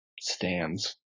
stands